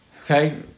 Okay